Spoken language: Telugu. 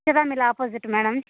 Shiva mill opposite madam